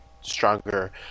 stronger